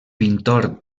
pintor